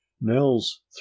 Nels